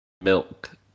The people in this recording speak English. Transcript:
milk